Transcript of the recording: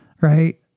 right